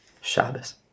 Shabbos